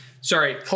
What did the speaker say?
sorry